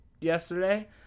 yesterday